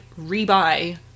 rebuy